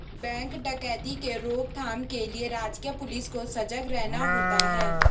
bank डकैती के रोक थाम के लिए राजकीय पुलिस को सजग रहना होता है